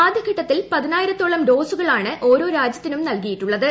ആദ്യഘട്ടത്തിൽ പതിനായിരത്തോളം ഡോസുകൾ ആണ് ഓരോ രാജ്യത്തിനും നൽകിയിട്ടുള്ളത്